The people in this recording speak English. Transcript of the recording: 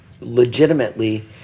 legitimately